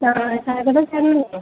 ചായക്കടയിലെ ചേട്ടനല്ലേ